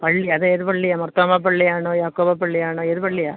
പള്ളിയാ അതേത് പള്ളിയാ മാർത്തോമ പള്ളിയാണോ യാക്കോബ പള്ളിയാണോ ഏത് പള്ളിയാണ്